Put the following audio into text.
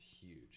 huge